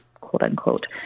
quote-unquote